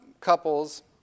couples